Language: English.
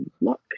luck